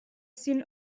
seen